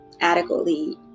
adequately